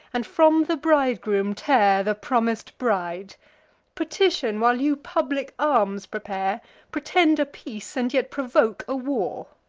and from the bridegroom tear the promis'd bride petition, while you public arms prepare pretend a peace, and yet provoke a war!